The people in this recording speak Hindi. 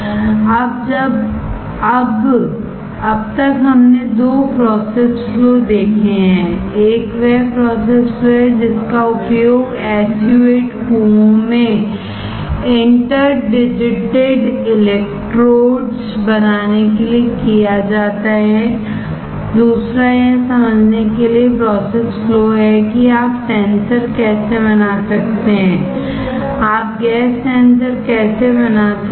अब अब तक हमने दो प्रोसेस फ्लो देखे हैं एक वह प्रोसेस फ्लो है जिसका उपयोग SU 8 कुओं में इंटर डिजिटेड इलेक्ट्रोड बनाने के लिए किया जाता है दूसरा यह समझने के लिए प्रोसेस फ्लो है कि आप सेंसर कैसे बना सकते हैं आप गैस सेंसर कैसे बना सकते हैं